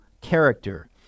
character